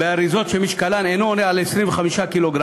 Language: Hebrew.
באריזות שמשקלן אינו עולה על 25 קילוגרם,